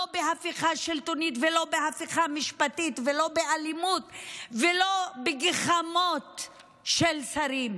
לא בהפיכה שלטונית ולא בהפיכה משפטית ולא באלימות ולא בגחמות של שרים.